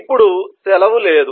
ఇప్పుడు సెలవు లేదు